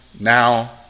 now